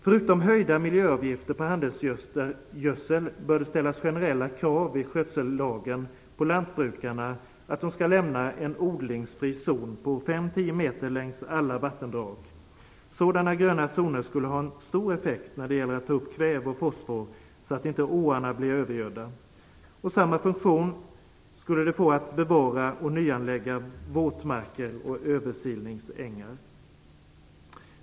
Förutom höjda miljöavgifter på handelsgödsel bör det ställas generella krav i skötsellagen på lantbrukarna att de skall lämna en odlingsfri zon på 5-10 meter längs alla vattendrag. Sådana gröna zoner skulle ha stor effekt för att ta upp kväve och fosfor så att inte åarna blir övergödda. Samma funktion får man av att bevara och nyanlägga våtmarker och översilningsängar.